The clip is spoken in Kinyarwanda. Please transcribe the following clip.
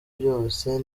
byose